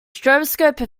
stroboscope